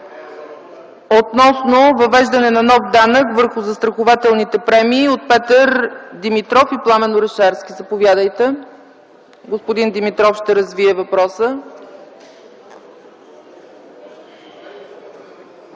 относно въвеждане на нов данък върху застрахователните премии е от Петър Димитров и Пламен Орешарски. Господин Димитров ще развие въпроса.